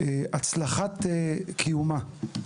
והצלחת קיומה.